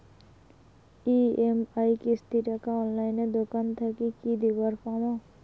EMI কিস্তি টা অনলাইনে দোকান থাকি কি দিবার পাম?